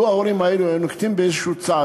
לו היו ההורים האלה נוקטים איזה צעד